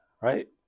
Right